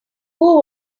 who